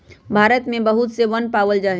भारत में बहुत से वन पावल जा हई